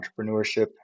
entrepreneurship